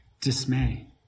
dismay